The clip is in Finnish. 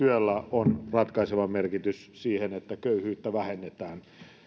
on ratkaiseva merkitys sille että köyhyyttä vähennetään